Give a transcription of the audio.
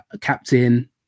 captain